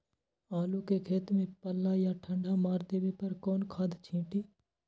आलू के खेत में पल्ला या ठंडा मार देवे पर कौन खाद छींटी?